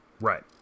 Right